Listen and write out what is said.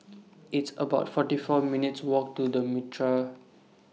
It's about forty four minutes' Walk to The Mitraa